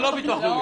לא ביטוח לאומי.